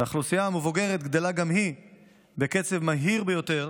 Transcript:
והאוכלוסייה המבוגרת גדלה גם היא בקצב מהיר ביותר